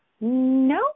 no